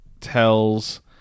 tells